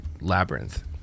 labyrinth